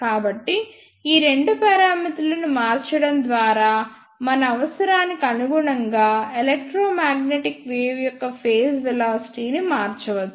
కాబట్టి ఈ రెండు పారామితులను మార్చడం ద్వారా మన అవసరానికి అనుగుణంగా ఎలెక్ట్రోమాగ్నెటిక్ వేవ్ యొక్క ఫేజ్ వెలాసిటీ ని మార్చవచ్చు